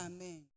Amen